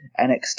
NXT